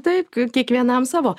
taip kaip kiekvienam savo